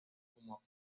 como